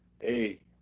hey